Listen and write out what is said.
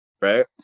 right